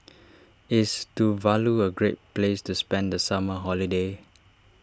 is Tuvalu a great place to spend the summer holiday